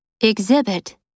Exhibit